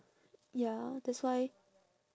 ya that's why